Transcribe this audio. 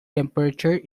temperature